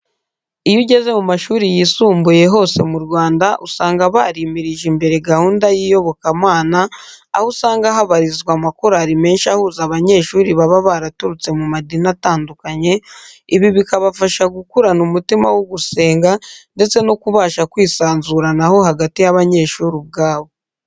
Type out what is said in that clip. Iyo ugeze mu mashuri yisumbuye hose mu Rwanda usanga barimirije imbere gahunda z'iyobokamana, aho usanga habarizwa amakorari menshi ahuza abanyeshuri baba baraturutse mu madini atandukanye, ibi bikabafasha gukurana umutima wo gusenga ndetse no kubasha kwisanzuranaho hagati y'abanyeshuri ubwabo.